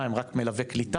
מה הם רק מלווי קליטה,